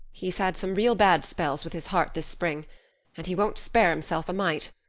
he's had some real bad spells with his heart this spring and he won't spare himself a mite.